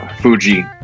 Fuji